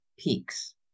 peaks